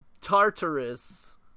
Tartarus